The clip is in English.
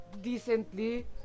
decently